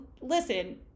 listen